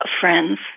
friends